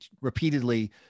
repeatedly